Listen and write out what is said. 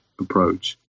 approach